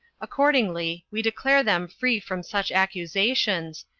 accordingly, we declare them free from such accusations,